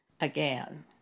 again